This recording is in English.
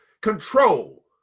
control